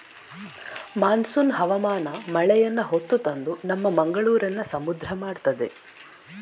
monsoon ಹವಾಮಾನ ಮಳೆಯನ್ನ ಹೊತ್ತು ತಂದು ನಮ್ಮ ಮಂಗಳೂರನ್ನ ಸಮುದ್ರ ಮಾಡ್ತದೆ